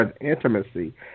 intimacy